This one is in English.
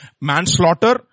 manslaughter